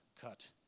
cut